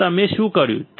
તો તમે શું કર્યું